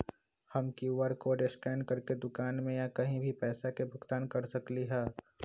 हम QR code scan करके दुकान में या कहीं भी पैसा के भुगतान कर सकली ह?